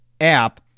app